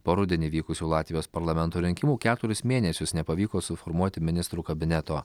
po rudenį vykusių latvijos parlamento rinkimų keturis mėnesius nepavyko suformuoti ministrų kabineto